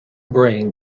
brain